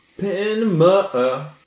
Panama